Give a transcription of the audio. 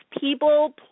people